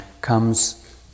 comes